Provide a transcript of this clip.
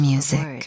Music